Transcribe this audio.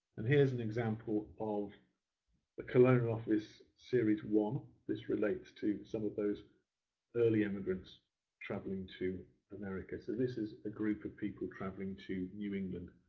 and here's an example of the colonial office series one. this relates to some of those early emigrants travelling to america. so this is a group of people travelling to new england,